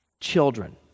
children